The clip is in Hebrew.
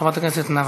חברת הכנסת נאוה